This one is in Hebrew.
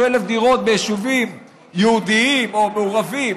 דירות ביישובים יהודיים או מעורבים,